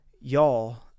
y'all